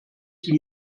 sie